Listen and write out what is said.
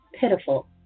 pitiful